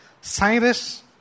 Cyrus